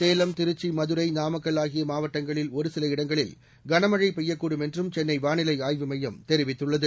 சேலம் திருச்சி மதுரை நாமக்கல் ஆகிய மாவட்டங்களில் ஒருசில இடங்களில் கனமழை பெய்யக்கூடும் என்றும் சென்னை வானிலை ஆய்வுமையம் தெரிவித்துள்ளது